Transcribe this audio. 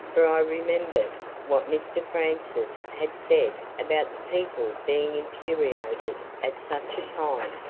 for i remembered what mr francis had said about the people being infuriated at such a time,